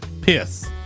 Piss